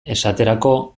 esaterako